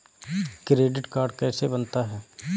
Credit card कैसे बनता है?